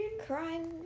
Crime